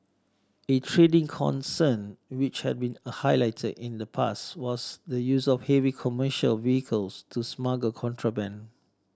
a trending concern which have been highlighted in the past was the use of heavy commercial vehicles to smuggle contraband